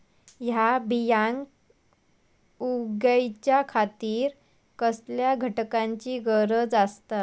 हया बियांक उगौच्या खातिर कसल्या घटकांची गरज आसता?